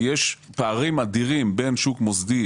כי יש פערים אדירים בין שוק מוסדי,